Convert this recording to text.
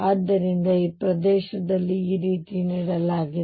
ಆದ್ದರಿಂದ ಈ ಪ್ರದೇಶದಲ್ಲಿ ಈ ರೀತಿ ನೀಡಲಾಗಿದೆ